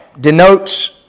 denotes